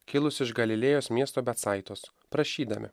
kilusį iš galilėjos miesto becaitos prašydami